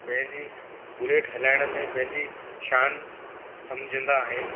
पंहिंजी बुलेट हलाइण में पंहिंजी शान सम्झंदा आहिनि